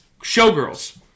Showgirls